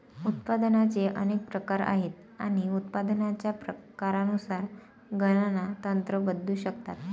उत्पादनाचे अनेक प्रकार आहेत आणि उत्पादनाच्या प्रकारानुसार गणना तंत्र बदलू शकतात